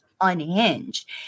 unhinged